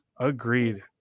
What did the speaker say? Agreed